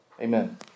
amen